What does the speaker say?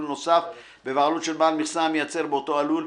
נוסף בבעלות של בעל מכסה המייצר באותו הלול,